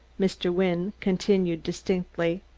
mr. wynne continued distinctly.